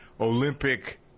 Olympic